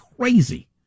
crazy